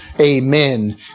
Amen